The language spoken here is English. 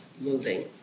moving